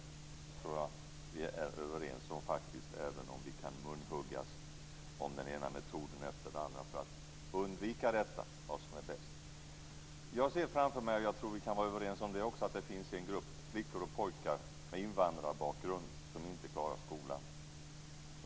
Det tror jag att vi är överens om, även om vi kan munhuggas om vilken metod som är bäst för att undvika detta. Jag ser framför mig - jag tror att vi kan vara överens om det också - att det finns en grupp flickor och pojkar med invandrarbakgrund som inte klarar skolan.